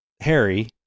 Harry